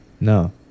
No